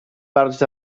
parts